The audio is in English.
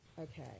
Okay